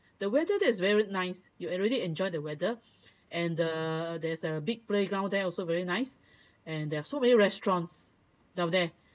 the weather there is very nice you already enjoy the weather and the there's a big playground there also very nice and there are so many restaurants down there